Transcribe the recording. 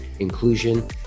inclusion